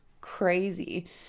crazy